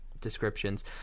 descriptions